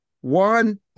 one